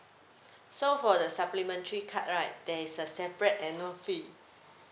so for the supplementary card right there is a separate annual fee